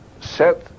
set